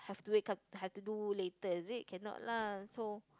have to wait up had to do later is it can not lah